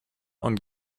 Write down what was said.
und